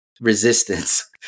resistance